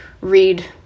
read